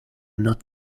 not